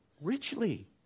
Richly